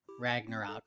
Ragnarok